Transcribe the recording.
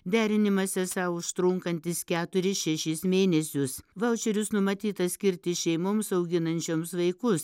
derinimas esą užtrunkantis keturis šešis mėnesius vaučerius numatyta skirti šeimoms auginančioms vaikus